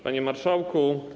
Panie Marszałku!